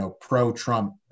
pro-Trump